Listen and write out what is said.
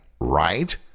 right